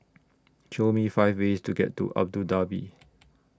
Show Me five ways to get to Abu Dhabi